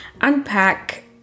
unpack